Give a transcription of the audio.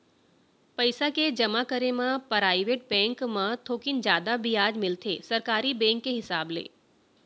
पइसा के जमा करे म पराइवेट बेंक म थोकिन जादा बियाज मिलथे सरकारी बेंक के हिसाब ले